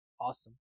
awesome